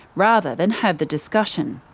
rather than have the discussion.